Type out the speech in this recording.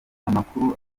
amakuru